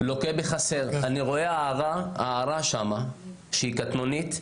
אני רואה הערה קטנונית,